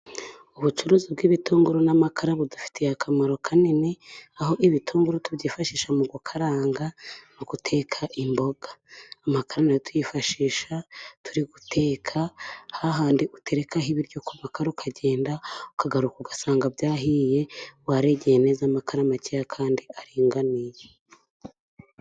Ubucuruzi bw'ibitunguru n'amakara budufitiye akamaro kanini , aho ibitunguru tubyifashisha mu gukaranga no guteka imboga, amakara nayo tuyifashisha turi guteka hahandi uterekaho ibiryo ku makara ukagenda, ukagaruka ugasanga byahiye waregeye amakara makeya kandi aringaniye.